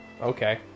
Okay